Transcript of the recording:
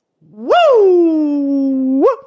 Woo